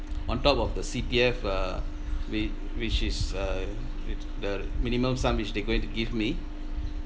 on top of the C_P_F uh whi~ which is uh t~ the minimum sum which they going to give me